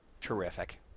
Terrific